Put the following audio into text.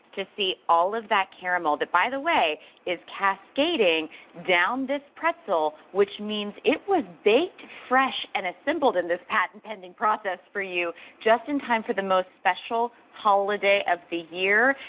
to see all of that caramel that by the way is cascading down this pretzel, which means it was baked fresh and assembled in this patent pending process for you just in time for the most special holiday of the year.